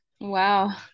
Wow